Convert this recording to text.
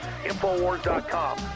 InfoWars.com